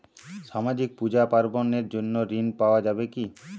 সামাজিক পূজা পার্বণ এর জন্য ঋণ পাওয়া যাবে কি?